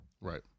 Right